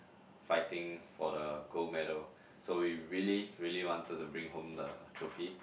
fighting for the gold medal so we really really wanted to bring home the trophy